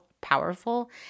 powerful